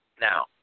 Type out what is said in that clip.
now